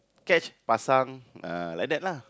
catch pasang uh like that lah